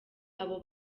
abo